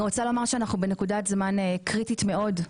אנחנו בנקודת זמן קריטית מאוד.